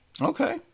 okay